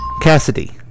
Cassidy